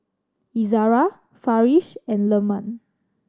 Izara Farish and Leman